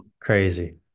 Crazy